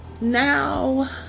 Now